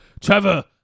Trevor